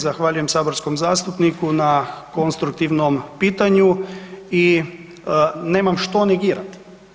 Zahvaljujem saborskom zastupniku na konstruktivnom pitanju i nemam što negirat.